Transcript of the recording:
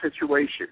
situation